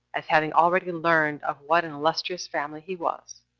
as having already learned of what an illustrious family he was